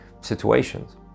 situations